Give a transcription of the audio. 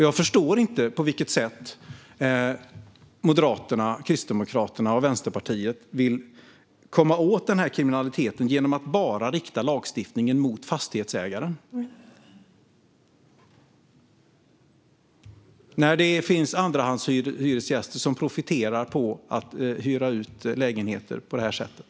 Jag förstår inte på vilket sätt Moderaterna, Kristdemokraterna och Vänsterpartiet vill komma åt denna kriminalitet genom att bara rikta lagstiftningen mot fastighetsägaren, när det finns andrahandshyresgäster som profiterar på att hyra ut lägenheter på det här sättet.